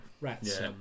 rats